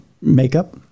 makeup